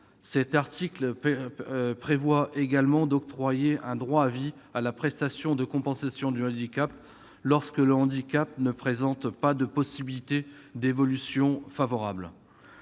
Cet article prévoit aussi d'octroyer un droit à vie à la prestation de compensation du handicap lorsque le handicap ne présente pas de possibilité d'évolution favorable.